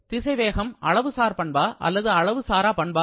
திசைவேகம் அளவு சார் பண்பா அல்லது அளவு சாரா பண்பா